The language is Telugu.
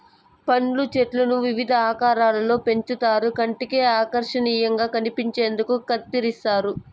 పండ్ల చెట్లను వివిధ ఆకారాలలో పెంచుతారు కంటికి ఆకర్శనీయంగా కనిపించేందుకు కత్తిరిస్తారు